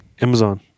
Amazon